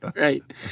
Right